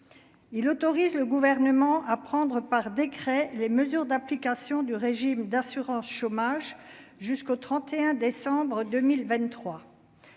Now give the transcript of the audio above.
il autorise le gouvernement à prendre par décret, les mesures d'application du régime d'assurance chômage, jusqu'au 31 décembre 2023